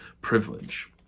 privilege